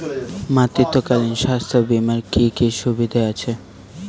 মাতৃত্বকালীন স্বাস্থ্য বীমার কি কি সুবিধে আছে?